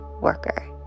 worker